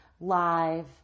live